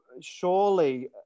surely